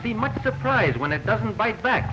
see much surprise when it doesn't bite back